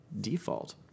default